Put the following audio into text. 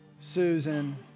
Susan